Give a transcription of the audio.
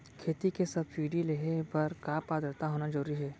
खेती के सब्सिडी लेहे बर का पात्रता होना जरूरी हे?